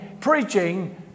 preaching